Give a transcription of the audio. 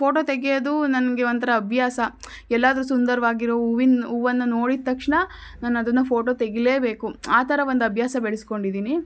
photo ತೆಗೆಯೋದು ನನಗೆ ಒಂಥರ ಅಭ್ಯಾಸ ಎಲ್ಲಾದರೂ ಸುಂದರವಾಗಿರೋ ಹೂವಿನ ಹೂವನ್ನ ನೋಡಿದ ತಕ್ಷಣ ನಾನು ಅದನ್ನು ಫೋಟೋ ತೆಗಿಲೇ ಬೇಕು ಆ ಥರ ಒಂದು ಅಭ್ಯಾಸ ಬೆಳೆಸ್ಕೊಂಡಿದ್ದೀನಿ